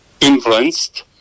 influenced